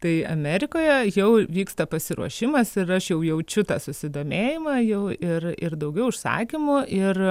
tai amerikoje jau vyksta pasiruošimas ir aš jau jaučiu tą susidomėjimą jau ir ir daugiau užsakymų ir